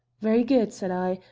very good said i,